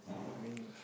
I mean